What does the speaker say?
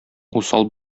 усал